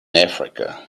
africa